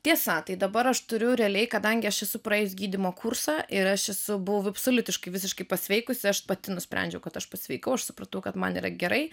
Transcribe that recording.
tiesa dabar aš turiu realiai kadangi aš esu praėjus gydymo kursą ir aš esu buvus absoliutiškai visiškai pasveikusi aš pati nusprendžiau kad aš pasveikau aš supratau kad man yra gerai